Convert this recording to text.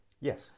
Yes